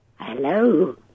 Hello